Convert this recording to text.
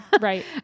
Right